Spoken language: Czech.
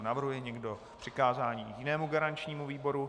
Navrhuje někdo přikázání jinému garančnímu výboru?